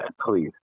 please